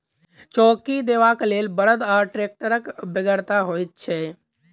चौकी देबाक लेल बड़द वा टेक्टरक बेगरता होइत छै